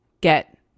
get